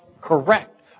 correct